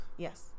Yes